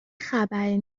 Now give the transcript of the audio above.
خبری